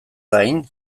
gain